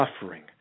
suffering